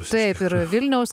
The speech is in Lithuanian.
taip ir vilniaus